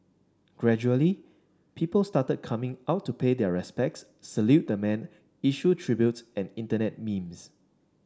gradually people started coming out to pay their respects salute the man issue tributes and Internet memes